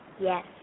Yes